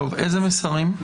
איזה מסרים?